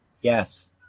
Yes